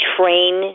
train